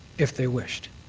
if they wished.